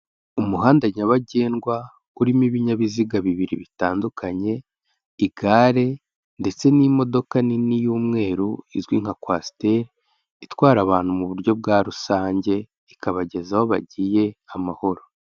Umuhanda nyabagendwa urimo ibinyabiziga bibiri bitandukanye, igare ndetse n'imodoka nini y'umweru izwi nka kwasiteri itwara abantu mu buryo bwa rusange, ikabageza aho bagiye amahoro.